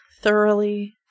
thoroughly